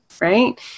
right